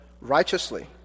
righteously